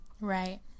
Right